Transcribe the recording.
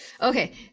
okay